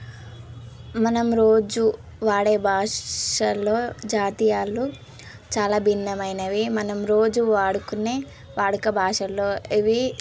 మనం రోజు వాడే భాషల్లో జాతీయాలు చాలా భిన్నమైనవి మనం రోజు వాడుకునే వాడుక భాషల్లో ఇవి